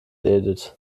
edith